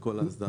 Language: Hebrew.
כל זה.